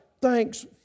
thanks